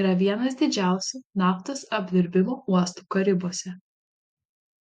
yra vienas didžiausių naftos apdirbimo uostų karibuose